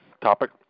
topic